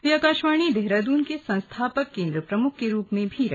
वे आकाशवाणी देहरादून के संस्थापक केंद्र प्रमुख के रूप में भी रहे